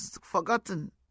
forgotten